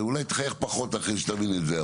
ואולי תחייך פחות אחרי שתבין את זה.